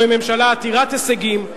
זוהי ממשלה עתירת הישגים,